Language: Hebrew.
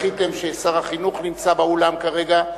זכיתם ששר החינוך נמצא באולם כרגע,